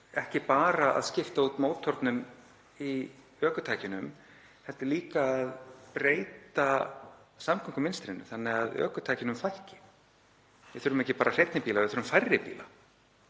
ekki bara að skipta út mótornum í ökutækinu, það er líka að breyta samgöngumynstrinu þannig að ökutækjunum fækki. Við þurfum ekki bara hreinni bíla, við þurfum færri bíla.